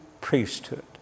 priesthood